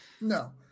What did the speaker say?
No